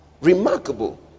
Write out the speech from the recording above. Remarkable